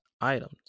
items